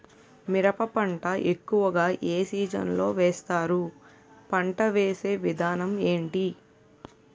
మిరప పంట ఎక్కువుగా ఏ సీజన్ లో వేస్తారు? పంట వేసే విధానం ఎంటి?